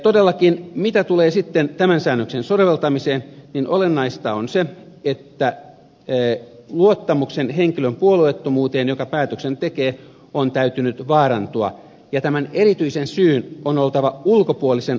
todellakin mitä tulee sitten tämän säännöksen soveltamiseen olennaista on se että luottamuksen sen henkilön puolueettomuuteen joka päätöksen tekee on täytynyt vaarantua ja tämän erityisen syyn on oltava ulkopuolisen havaittavissa